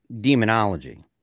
demonology